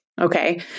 Okay